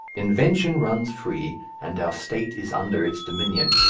invention runs free and our state is under its dominion.